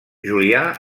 julià